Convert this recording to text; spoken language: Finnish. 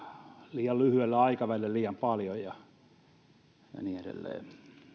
liian lyhyellä aikavälillä liian paljon ja ja niin edelleen